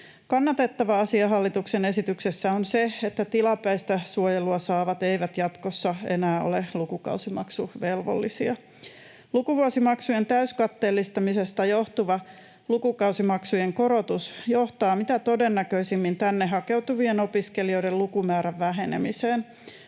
Kannatettava asia hallituksen esityksessä on se, että tilapäistä suojelua saavat eivät jatkossa enää ole lukukausimaksuvelvollisia. Lukuvuosimaksujen täyskatteellistamisesta johtuva lukukausimaksujen korotus johtaa mitä todennäköisimmin tänne hakeutuvien opiskelijoiden lukumäärän vähenemiseen.